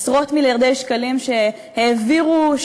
עשרות-מיליארדי שקלים שהעבירו,